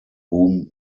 whom